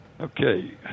okay